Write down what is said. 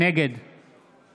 נגד